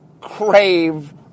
crave